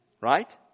Right